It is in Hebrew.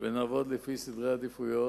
ונעבוד לפי סדרי עדיפויות,